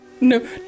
No